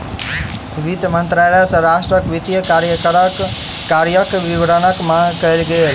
वित्त मंत्रालय सॅ राष्ट्रक वित्तीय कार्यक विवरणक मांग कयल गेल